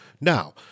Now